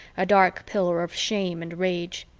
a dark pillar of shame and rage.